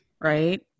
right